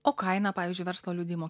o kaina pavyzdžiui verslo liudijimo